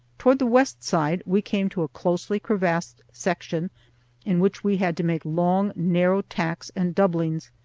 toward the west side we came to a closely crevassed section in which we had to make long, narrow tacks and doublings,